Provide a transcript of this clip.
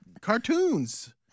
cartoons